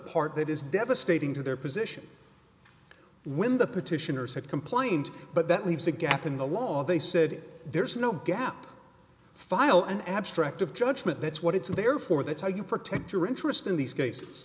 part that is devastating to their position when the petitioners have complained but that leaves a gap in the law they said there's no gap file an abstract of judgment that's what it's there for that's how you protect your interest in these